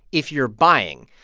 if you're buying